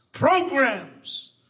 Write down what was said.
Programs